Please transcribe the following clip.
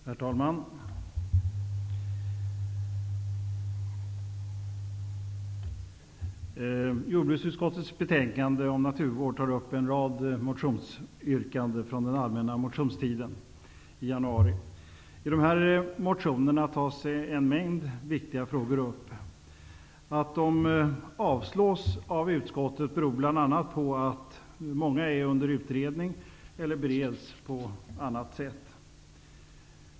Herr talman! Jordbruksutskottets betänkande om naturvård tar upp en rad motionsyrkanden från den allmänna motionstiden i januari. I motionerna tas en mängd viktiga frågor upp. Att de avslås av utskottet beror bl.a. på att många är under utredning eller bereds på annat sätt.